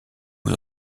aux